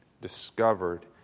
discovered